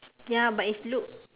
ya but is look